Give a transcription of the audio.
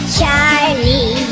Charlie